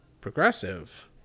progressive